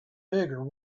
bigger